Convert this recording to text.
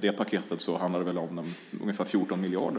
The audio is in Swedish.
det paketet handlar det om ungefär 14 miljarder.